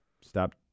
stop